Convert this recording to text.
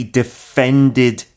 defended